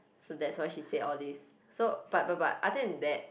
so that's why she said all these so but but but other than that